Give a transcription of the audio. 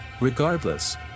Regardless